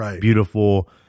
beautiful